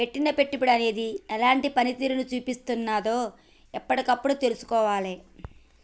పెట్టిన పెట్టుబడి అనేది ఎలాంటి పనితీరును చూపిస్తున్నదో ఎప్పటికప్పుడు తెల్సుకోవాలే